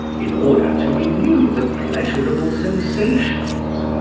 in order to renew the pleasurable sensations.